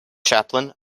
chaplain